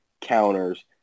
counters